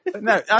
No